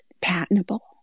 patentable